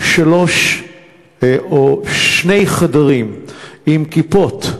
שלושה או שני חדרים עם כיפות,